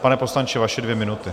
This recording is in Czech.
Pane poslanče, vaše dvě minuty.